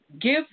Give